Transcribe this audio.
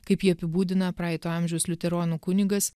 kaip jį apibūdina praeito amžiaus liuteronų kunigas